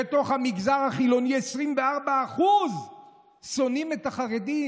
בתוך המגזר החילוני 24% שונאים את החרדים.